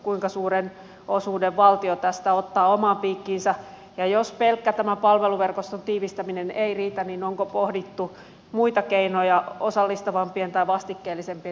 kuinka suuren osuuden valtio tästä ottaa omaan piikkiinsä ja jos pelkkä tämän palveluverkoston tiivistäminen ei riitä niin onko pohdittu muita keinoja osallistavampien tai vastikkeellisempien tukimuotojen osalta